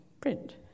print